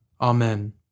Amen